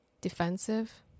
defensive